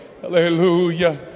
Hallelujah